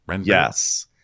Yes